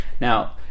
Now